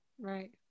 Right